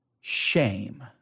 shame